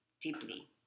deeply